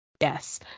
Yes